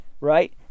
Right